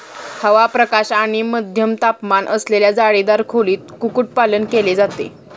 हवा, प्रकाश आणि मध्यम तापमान असलेल्या जाळीदार खोलीत कुक्कुटपालन केले जाते